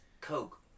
coke